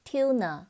Tuna